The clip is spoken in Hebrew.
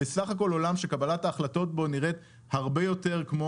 בסך הכל עולם שקבלת ההחלטות בו נראית הרבה יותר כמו